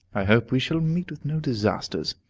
i hope we shall meet with no disasters!